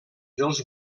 dels